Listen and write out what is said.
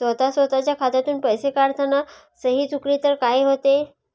स्वतः स्वतःच्या खात्यातून पैसे काढताना सही चुकली तर काय होते?